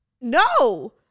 no